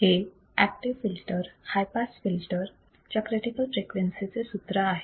हे active filter high pass filter च्या critical frequency चे सूत्र आहे